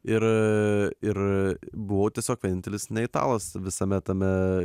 ir ir buvau tiesiog vienintelis ne italas visame tame